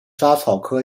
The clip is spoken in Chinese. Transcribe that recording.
莎草科